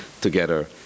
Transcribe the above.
together